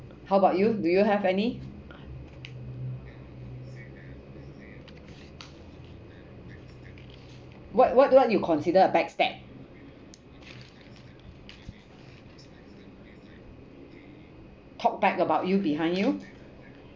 how about you do you have any what what what do you consider a backstab talk bad about you behind you